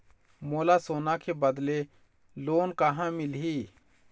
मोला सोना के बदले लोन कहां मिलही?